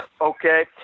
okay